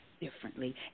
differently